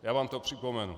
Já vám to připomenu.